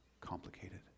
complicated